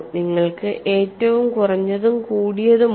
നിങ്ങൾക്ക് ഏറ്റവും കുറഞ്ഞതും കൂടിയതും ഉണ്ട്